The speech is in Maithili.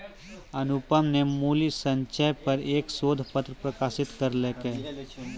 अनुपम न मूल्य संचय पर एक शोध पत्र प्रकाशित करलकय